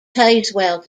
tazewell